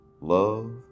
love